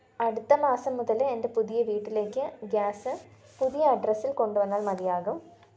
അടുത്ത മാസം മുതൽ എന്റെ പുതിയ വീട്ടിലേക്ക് ഗ്യാസ് പുതിയ അഡ്രസ്സില് കൊണ്ടുവന്നാല് മതിയാകും